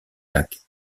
lac